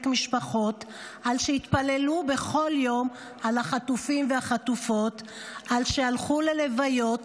משפחות / על שהתפללו בכל יום על החטופים והחטופות / על שהלכו ללוויות